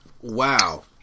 Wow